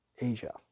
Asia